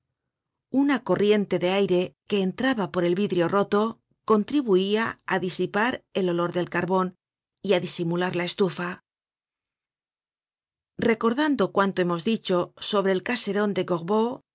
una corriente de aire que entraba por el vidrio roto contribuia á disipar el olor del carbon y á disimular la estufa recordando cuanto hemos dicho sobre el caseron de